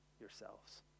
yourselves